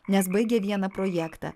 nes baigia vieną projektą